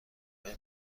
های